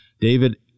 David